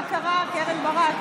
מה קרה, קרן ברק?